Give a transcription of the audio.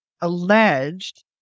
alleged